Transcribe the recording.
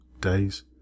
days